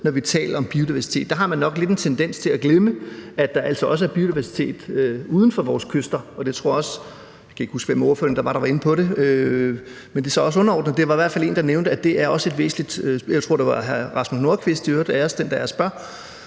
når vi taler om biodiversitet. Der har man nok lidt en tendens til at glemme, at der altså også er biodiversitet uden for vores kyster, og nu kan jeg ikke huske hvem af ordførerne, der var inde på det, men det er så også underordnet, men der var i hvert fald en, der nævnte, at der også er – jeg tror i øvrigt, det var hr. Rasmus Nordqvist, der nævnte det – et hav,